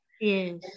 yes